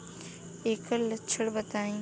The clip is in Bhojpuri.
ऐकर लक्षण बताई?